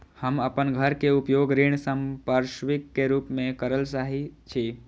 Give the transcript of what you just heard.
हम अपन घर के उपयोग ऋण संपार्श्विक के रूप में करल चाहि छी